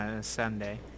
Sunday